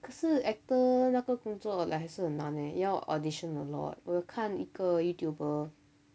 可是 actor 那个工作 like 还是很难 eh 要 audition a lot 我有看一个 youtuber